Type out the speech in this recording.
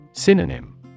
Synonym